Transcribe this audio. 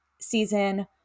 season